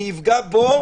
זה יפגע בו,